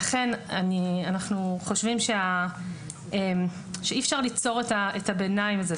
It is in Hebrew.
לכן אנחנו חושבים שאי אפשר לפתור את הביניים הזה.